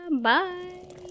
Bye